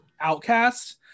Outcast